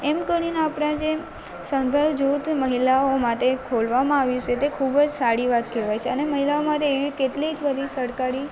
એમ કરીને આપણાં જે સંઘ જૃૂથ મહિલાઓ માટે ખોલવામાં આવ્યું છે એ ખૂબ જ સારી વાત કહેવાય છે અને મહિલાઓ માટે એવી કેટલીક બધી સરકારી